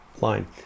line